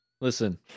Listen